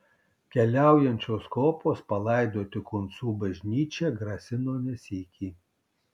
keliaujančios kopos palaidoti kuncų bažnyčią grasino ne sykį